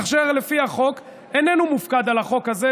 אשר לפי החוק איננו מופקד על החוק הזה,